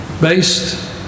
based